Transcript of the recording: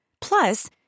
Plus